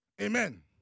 Amen